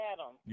Adam